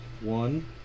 one